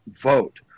vote